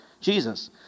Jesus